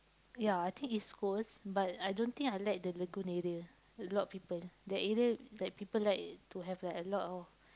ya I think East-Coast but I don't think I like the lagoon area a lot of people that area that people like to have like a lot of